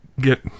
get